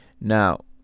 Now